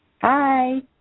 Hi